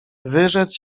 wyrzec